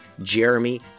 Jeremy